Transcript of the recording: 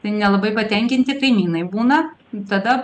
tai nelabai patenkinti kaimynai būna tada